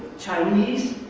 chinese,